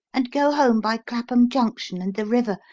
and go home by clappum junction and the river.